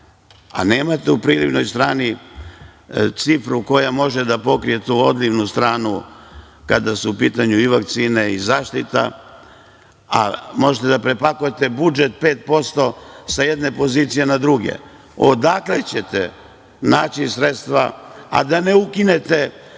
a nemate u prilivnoj strani cifru koja može da pokrije tu odlivnu stranu kada su u pitanju i vakcine i zaštita, a možete da prepakujete budžet pet posto sa jedne pozicije na drugu, odakle ćete naći sredstva, a da ne ukinete